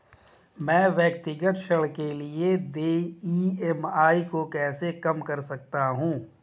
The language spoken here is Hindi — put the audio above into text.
मैं व्यक्तिगत ऋण के लिए देय ई.एम.आई को कैसे कम कर सकता हूँ?